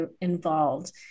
involved